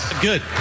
Good